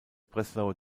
breslauer